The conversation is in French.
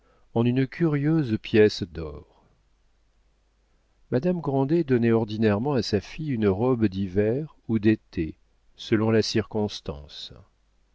en une curieuse pièce d'or madame grandet donnait ordinairement à sa fille une robe d'hiver ou d'été selon la circonstance